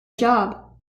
job